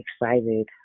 excited